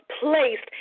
placed